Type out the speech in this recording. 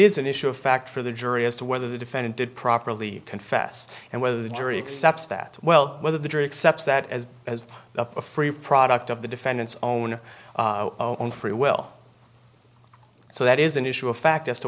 s an issue of fact for the jury as to whether the defendant did properly confess and whether the jury accepts that well whether the jury accepts that as as a free product of the defendant's own own free will so that is an issue of fact as to